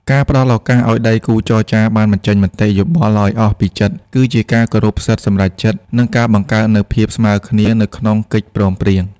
ការផ្តល់ឱកាសឱ្យដៃគូចរចាបានបញ្ចេញមតិយោបល់ឱ្យអស់ពីចិត្ត គឺជាការគោរពសិទ្ធិសម្រេចចិត្ត និងការបង្កើតនូវភាពស្មើគ្នានៅក្នុងកិច្ចព្រមព្រៀង។